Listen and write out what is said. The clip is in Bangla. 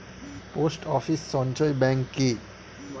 পোস্ট অফিস সঞ্চয় ব্যাংক কি?